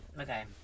okay